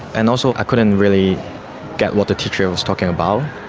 and also i couldn't really get what the teacher was talking about,